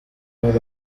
más